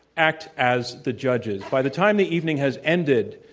act as the judges. by the time the evening has ended,